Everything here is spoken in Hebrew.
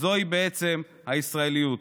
זוהי בעצם הישראליות.